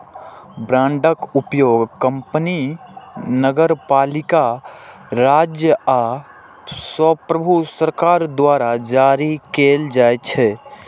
बांडक उपयोग कंपनी, नगरपालिका, राज्य आ संप्रभु सरकार द्वारा जारी कैल जाइ छै